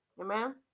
Amen